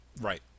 Right